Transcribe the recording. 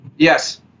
Yes